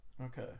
Okay